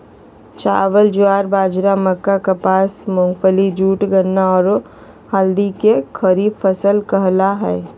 चावल, ज्वार, बाजरा, मक्का, कपास, मूंगफली, जूट, गन्ना, औरो हल्दी के खरीफ फसल कहला हइ